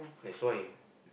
that's why